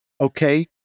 Okay